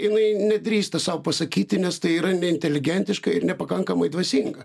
jinai nedrįsta sau pasakyti nes tai yra ne inteligentiška ir nepakankamai dvasinga